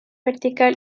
vertical